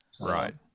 Right